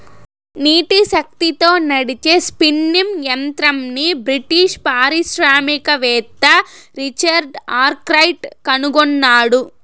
నీటి శక్తితో నడిచే స్పిన్నింగ్ యంత్రంని బ్రిటిష్ పారిశ్రామికవేత్త రిచర్డ్ ఆర్క్రైట్ కనుగొన్నాడు